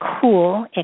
cool